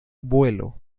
vuelo